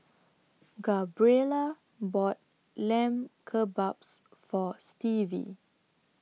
Gabriela bought Lamb Kebabs For Stevie